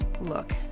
Look